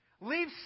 Leave